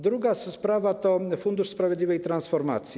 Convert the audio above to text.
Druga sprawa to Fundusz na rzecz Sprawiedliwej Transformacji.